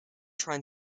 trying